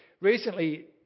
recently